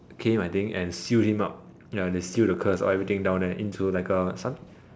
came I think and sealed him up ya they seal the curse everything down there into like a some